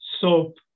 soap